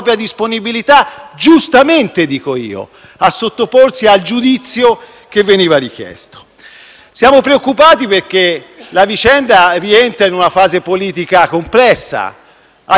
Siamo preoccupati perché la vicenda rientra in una fase politica complessa. Alcuni hanno parlato di un voto di scambio, della vicinanza tra il voto su questa questione così delicata